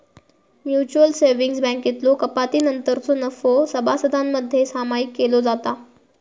mutual savings बँकेतलो कपातीनंतरचो नफो सभासदांमध्ये सामायिक केलो जाता